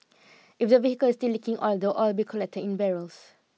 if the vehicle is still leaking oil the oil will be collected in barrels